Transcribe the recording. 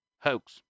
hoax